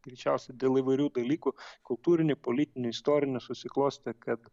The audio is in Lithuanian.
greičiausiai dėl įvairių dalykų kultūrinių politinių istorinių susiklostė kad